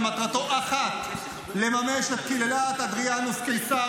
ומטרתו אחת: לממש את קללת אדריאנוס קיסר